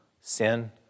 sin